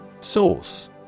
Source